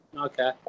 Okay